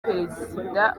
perezida